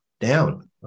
down